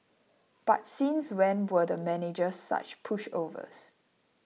but since when were the managers such pushovers